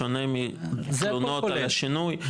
בשונה מתלונות על השינוי,